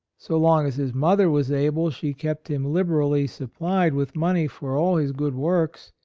so long as his mother was able she kept him liberally supplied with money for all his good works,